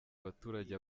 abaturage